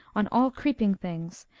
on all creeping things.